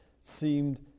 seemed